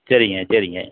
சரிங்க சரிங்க